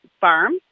farm